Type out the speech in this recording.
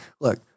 Look